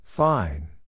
Fine